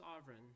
sovereign